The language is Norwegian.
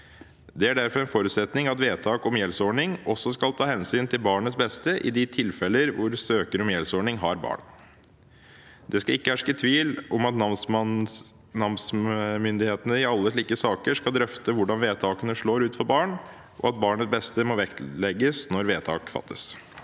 Det er derfor en forutsetning at vedtak om gjeldsordning også skal ta hensyn til barnets beste i de tilfeller hvor den som søker om gjeldsordning, har barn. Det skal ikke herske tvil om at namsmyndighetene i alle slike saker skal drøfte hvordan vedtakene slår ut for barn, og at barnets beste må vektlegges når vedtak fattes.